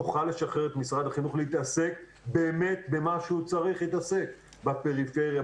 נוכל נשחרר את משרד החינוך להתעסק באמת במה שהוא צריך להתעסק: בפריפריה,